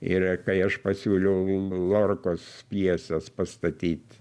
ir kai aš pasiūliau lorkos pjeses pastatyt